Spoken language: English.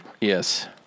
Yes